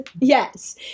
yes